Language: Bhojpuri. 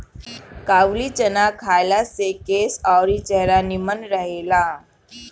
काबुली चाना खइला से केस अउरी चेहरा निमन रहेला